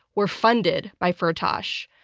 were funded by firtash.